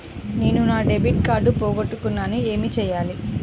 నేను నా debit card పోగొట్టుకున్నాను ఏమి చేయాలి?